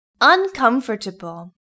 uncomfortable